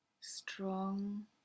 strong